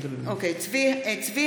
צבי